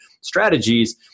strategies